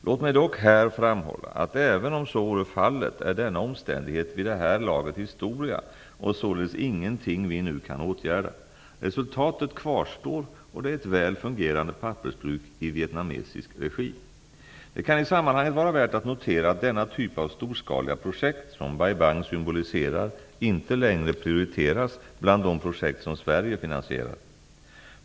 Låt mig dock här framhålla att även om så vore fallet är denna omständighet vid det här laget historia och således ingenting vi nu kan åtgärda. Resultatet kvarstår och det är ett väl fungerande pappersbruk i vietnamesisk regi. Det kan i sammanhanget vara värt att notera att denna typ av storskaliga projekt, som Bai Bang symboliserar, inte längre prioriteras bland de projekt som Sverige finansierar.